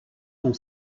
son